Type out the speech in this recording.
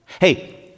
Hey